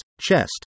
chest